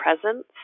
presence